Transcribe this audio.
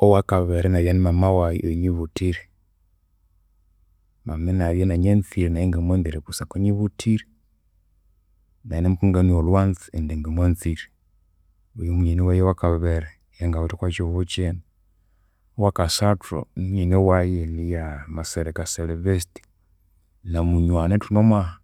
Owakabiri inabya inimama wayi eyinyibuthire. Mama inabya inanyanzire nayi ingamwanzire kusangwa anyibuthire. Nayi ingamukangania olhwanzu indi ngamwanzire. Oyo yomunywani wayi owakabiri eyangawithe okwakyihugho kyinu. Owakasathu munyoni wayi niya masereka Sylvest, namunywana ithune omwa